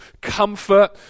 comfort